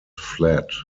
fled